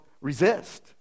resist